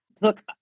Look